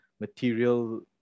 material